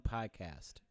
Podcast